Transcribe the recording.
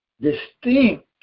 distinct